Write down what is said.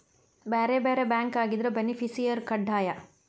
ಬ್ಯಾರೆ ಬ್ಯಾರೆ ಬ್ಯಾಂಕ್ ಆಗಿದ್ರ ಬೆನಿಫಿಸಿಯರ ಕಡ್ಡಾಯ